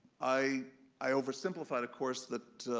i i oversimplified of course that,